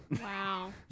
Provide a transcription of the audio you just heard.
Wow